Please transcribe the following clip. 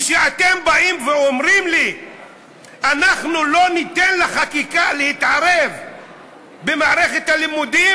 וכשאתם באים ואומרים לי "אנחנו לא ניתן לחקיקה להתערב במערכת הלימוד",